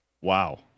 Wow